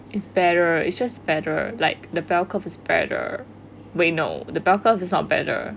better it's just better like the bell curve is better wait no the bell curve is not better